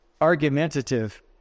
argumentative